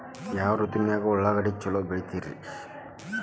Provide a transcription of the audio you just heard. ಯಾವ ಋತುವಿನಾಗ ಉಳ್ಳಾಗಡ್ಡಿ ಛಲೋ ಬೆಳಿತೇತಿ ರೇ?